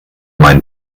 mein